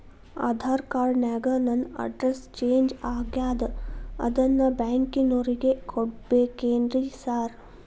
Aadhaar card ನ್ಯಾಗ ನನ್ address change ಆಗ್ಯಾದ ಅದನ್ನ ಬ್ಯಾಂಕಿನೊರಿಗೆ ಕೊಡ್ಬೇಕೇನ್ರಿ ಸಾರ್?